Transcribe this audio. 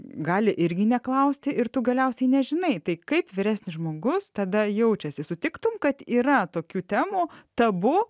gali irgi neklausti ir tu galiausiai nežinai tai kaip vyresnis žmogus tada jaučiasi sutiktum kad yra tokių temų tabu